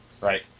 right